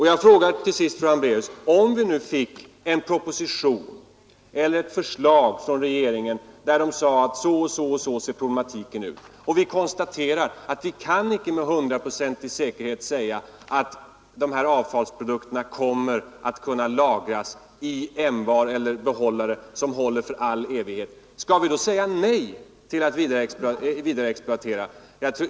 Jag frågar till sist fru Hambraeus: Om vi nu fick en proposition från regeringen som lade fram problematiken och vi konstaterade att vi inte med hundraprocentig säkerhet kan säga att avfallsprodukterna kommer att kunna lagras i ämbar eller behållare som håller för all evighet, skulle vi då säga nej till en vidare exploatering av kärnkraften?